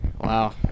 Wow